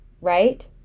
right